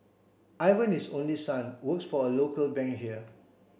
Ivan his only son works for a local bank here